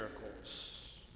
miracles